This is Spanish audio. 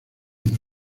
muy